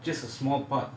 just a small part